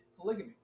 polygamy